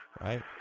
Right